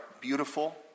beautiful